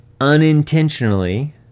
unintentionally